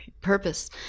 purpose